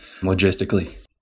logistically